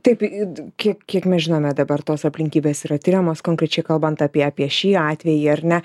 taip i d kiek kiek mes žinome dabar tos aplinkybės yra tiriamos konkrečiai kalbant apie apie šį atvejį ar ne